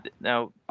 now